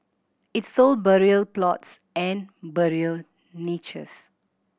it sold burial plots and burial niches